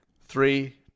Three